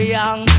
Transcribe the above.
young